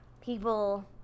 people